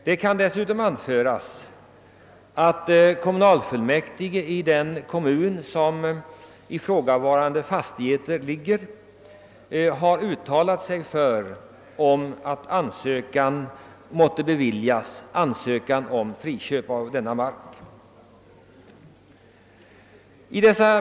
Det kan också nämnas att fullmäktige i den kommun där ifrågavarande fastigheter ligger har tillstyrkt ansökan om friköp.